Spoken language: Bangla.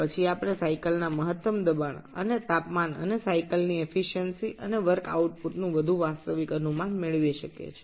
তখন আমরা চক্রের সর্বাধিক চাপ এবং তাপমাত্রার এবং চক্র দক্ষতা এবং কাজের উৎপাদন সম্পর্কে আরও অনেক বাস্তবসম্মত ধারণা পেতে পারি